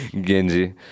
Genji